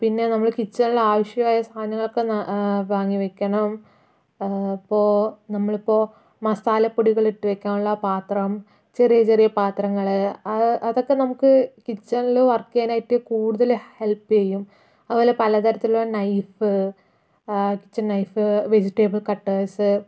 പിന്നെ നമ്മള് കിച്ചണിലാവശ്യമായ സാധനങ്ങളൊക്കെ വാങ്ങി വെക്കണം ഇപ്പോൾ നമ്മളിപ്പോൾ മസാല പൊടികളിട്ട് വെക്കാനുള്ള പാത്രം ചെറിയ ചെറിയ പാത്രങ്ങള് അത് അതൊക്കെ നമുക്ക് കിച്ചണിൽ വർക്ക് ചെയ്യാനായിട്ട് കൂടുതൽ ഹെൽപ് ചെയ്യും അതുപോലെ പലതരത്തിലുള്ള knife kitchen knife vegetable cutters